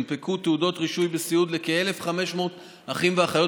הונפקו תעודות רישוי וסיעוד לכ-1,500 אחים ואחיות